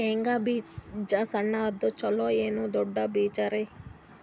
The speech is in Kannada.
ಶೇಂಗಾ ಬೀಜ ಸಣ್ಣದು ಚಲೋ ಏನ್ ದೊಡ್ಡ ಬೀಜರಿ?